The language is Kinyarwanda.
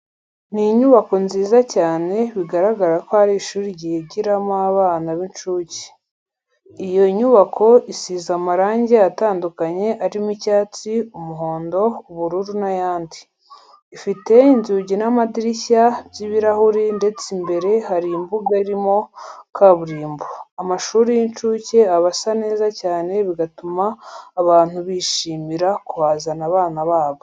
Ni inyubako nziza cyane bigaragara ko ari ishuri ryigiramo abana b'incuke. Iyo nyubako isize amarange atandukanye arimo icyatsi, umuhondo, ubururu n'ayandi. Ifite inzugi n'amadirishya by'ibirahure ndetse imbere hari imbuga irimo kaburimbo. Amashuri y'incuke aba asa neza cyane bigatuma abantu bishimira kuhazana abana babo.